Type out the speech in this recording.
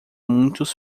muitos